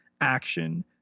action